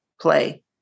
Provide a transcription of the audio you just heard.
play